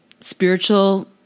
spiritual